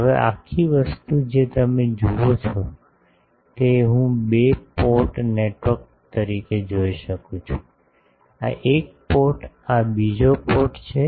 હવે આ આખી વસ્તુ જે તમે જુઓ છો તે હું બે પોર્ટ નેટવર્ક તરીકે જોઈ શકું છું આ એક પોર્ટ છે આ બીજો પોર્ટ છે